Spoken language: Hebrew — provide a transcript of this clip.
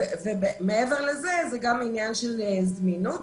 מעבר לזה, זה גם עניין של זמינות.